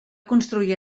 construir